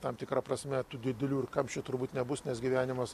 tam tikra prasme tų didelių ir kamščių turbūt nebus nes gyvenimas